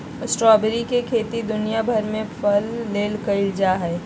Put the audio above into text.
strawberry के खेती दुनिया भर में फल ले कइल जा हइ